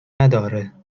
نداره